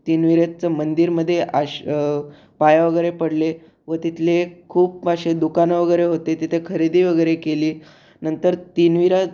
तिनविरेचं मंदिरमध्ये अश पाया वगैरे पडले व तिथले खूप अशे दुकानं वगैरे होते तिथे खरेदी वगैरे केली नंतर तिनविरा